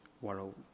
world